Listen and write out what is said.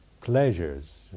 pleasures